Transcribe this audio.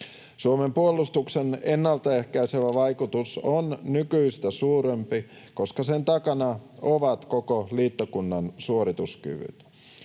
Suomen puolustuksen ennaltaehkäisevä vaikutus on nykyistä suurempi, koska sen takana ovat koko liittokunnan suorituskyvyt.